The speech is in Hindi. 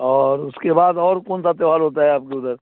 और उसके बाद और कौन सा त्यौहार होता है आपके उधर